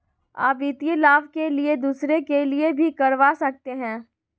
आ वित्तीय लाभ के लिए दूसरे के लिए भी करवा सकते हैं?